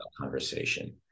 conversation